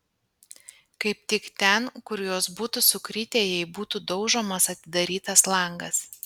kaip tik ten kur jos būtų sukritę jei būtų daužomas atidarytas langas